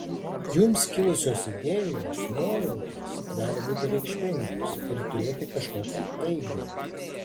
jums kilusios idėjos nuojautos gali būti reikšmingos ir turėti kažkokią eigą